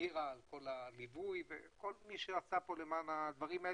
לנירה על הליווי ולכל מי שעשה למען הדברים,